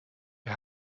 wir